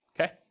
Okay